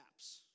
apps